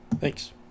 Thanks